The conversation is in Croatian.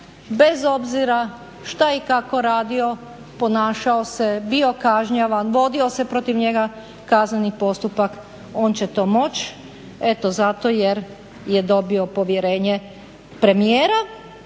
bez obzira što je i kako radio, ponašao se, bio kažnjavan, vodio se protiv njega kazneni postupak. On će to moći eto zato jer je dobio povjerenje premijera,